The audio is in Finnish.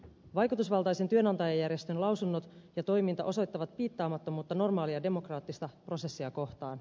vaikutusvaltaisen työnantajajärjestön lausunnot ja toiminta osoittavat piittaamattomuutta normaalia demokraattista prosessia kohtaan